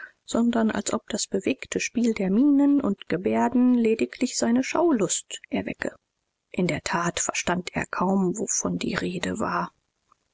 sondern als ob das bewegte spiel der mienen und gebärden lediglich seine schaulust erwecke in der tat verstand er kaum wovon die rede war